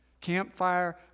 campfire